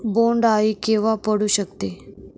बोंड अळी केव्हा पडू शकते?